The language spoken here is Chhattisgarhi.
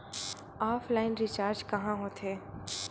ऑफलाइन रिचार्ज कहां होथे?